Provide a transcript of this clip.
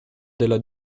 della